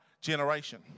generation